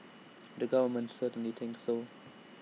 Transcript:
the government certainly thinks so